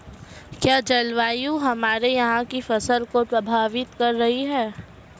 क्या जलवायु हमारे यहाँ की फसल को प्रभावित कर रही है?